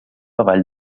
avall